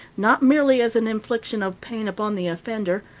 not merely as an infliction of pain upon the offender,